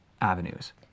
avenues